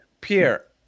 Pierre